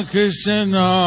Krishna